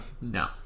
No